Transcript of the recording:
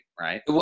right